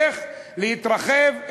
איך להתרחב,